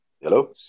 hello